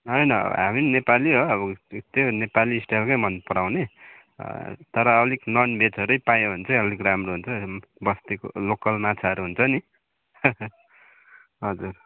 होइन हामी नै नेपाली हो अब त्यही हो नेपाली स्टाइलकै मनपराउने तर अलिक नन भेजहरू पायो भने राम्रो हुन्थ्यो बस्तीको लोकल माछाहरू हुन्छ नि हजुर